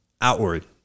outward